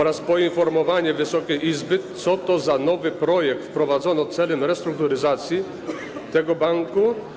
oraz poinformowanie Wysokiej Izby, co to za nowy projekt wprowadzono celem restrukturyzacji tego banku.